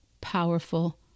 powerful